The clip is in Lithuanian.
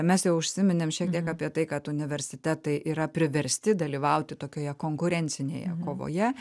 mes jau užsiminėm šiek tiek apie tai kad universitetai yra priversti dalyvauti tokioje konkurencinėje kovoje